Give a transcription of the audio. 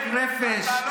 אה,